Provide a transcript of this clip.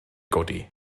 godi